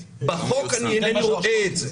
בחוק אני לא רואה את זה.